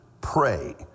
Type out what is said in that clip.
pray